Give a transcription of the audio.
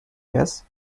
yes